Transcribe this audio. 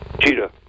cheetah